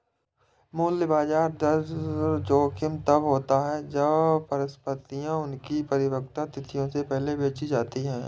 मूल्य ब्याज दर जोखिम तब होता है जब परिसंपतियाँ उनकी परिपक्वता तिथियों से पहले बेची जाती है